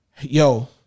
yo